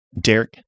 Derek